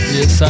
Yes